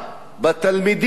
בתלמידים,